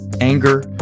anger